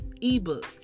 ebook